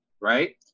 right